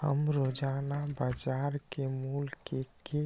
हम रोजाना बाजार के मूल्य के के